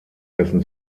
dessen